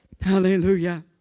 hallelujah